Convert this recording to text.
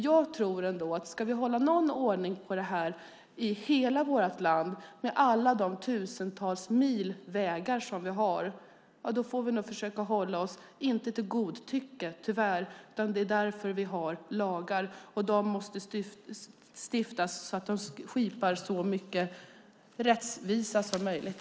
Jag tror dock att om vi ska hålla någon ordning på detta i hela vårt land, med alla de tusentals mil vägar vi har, får vi nog tyvärr försöka att inte hålla oss till godtycke. Det är därför vi har lagar, och de måste stiftas så att de skipar så mycket rättvisa som möjligt.